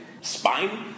spine